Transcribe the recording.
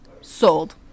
sold